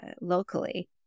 locally